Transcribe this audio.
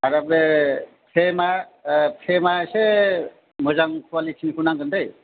आरो बे फ्रेमआ फ्रेमआ एसे मोजां कुवालिटिनिखौ नांगोन दै